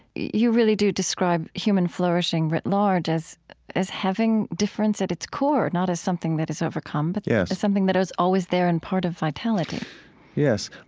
you really do describe human flourishing writ large as as having difference at its core and not as something that is overcome, but yeah something that is always there and part of vitality yes.